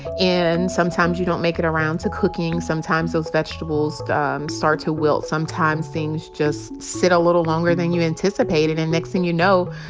and sometimes you don't make it around to cooking. sometimes those vegetables start to wilt. sometimes things just sit a little longer than you anticipated. and next thing you know,